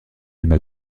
aima